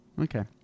Okay